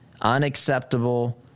unacceptable